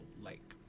lake